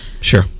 sure